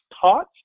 taught